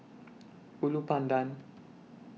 Ulu Pandan